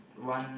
one